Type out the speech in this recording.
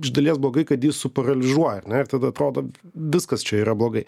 iš dalies blogai kad ji suparalyžuoja ar ne ir tada atrodo viskas čia yra blogai